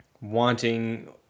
wanting